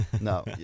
No